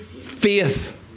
faith